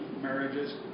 marriages